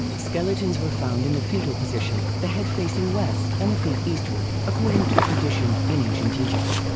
skeletons were found in the fetal position, the head facing west and the feet eastward, according to tradition in ancient egypt.